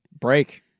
Break